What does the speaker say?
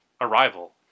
Arrival